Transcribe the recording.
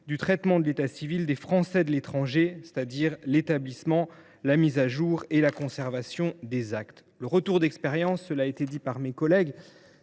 du traitement de l’état civil des Français de l’étranger, c’est à dire l’établissement, la mise à jour et la conservation des actes. Le retour d’expérience sur l’expérimentation en